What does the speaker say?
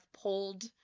pulled